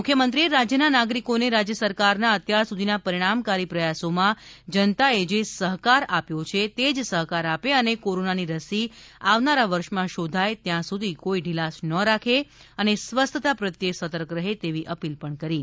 મુખ્યમંત્રીશ્રીએ રાજ્યના નાગરિકોને રાજ્ય સરકારના અત્યાર સુધીના પરિણામ કારી પ્રયાસોમાં જનતા જે સહકાર આપ્યો છે તેજ સહકાર આપે અને કોરોના ની રસી આવનારા વર્ષમાં શોધાય ત્યાં સુધી કોઈ ઢીલાશ ના રાખે અને સ્વસ્થતા પ્રત્યે સતર્ક રહે તેવી અ પીલ પણ આજે કરી હતી